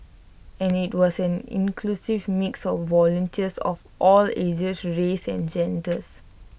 and IT was an inclusive mix of volunteers of all ages races and genders